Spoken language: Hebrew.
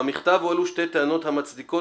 במכתב הועלו שתי טענות המצדיקות,